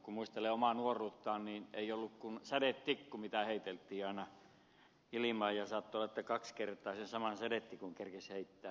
kun muistelee omaa nuoruuttaan niin ei ollut kuin sädetikku mitä heiteltiin aina ilmaan ja saattoi olla että kaksi kertaa sen saman sädetikun kerkesi heittämään